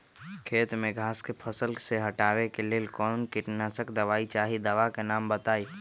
खेत में घास के फसल से हटावे के लेल कौन किटनाशक दवाई चाहि दवा का नाम बताआई?